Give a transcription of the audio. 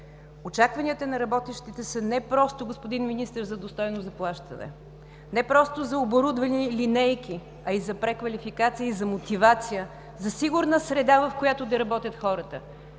Очакванията на работещите са не просто за достойно заплащане, господин Министър, не просто за оборудвани линейки, а и за преквалификация и за мотивация, за сигурна среда, в която да работят хората.